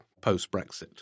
post-Brexit